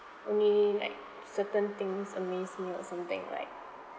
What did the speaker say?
only like certain things amaze me or something like